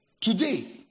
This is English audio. Today